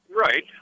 Right